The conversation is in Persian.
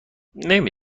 نمی